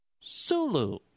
Sulu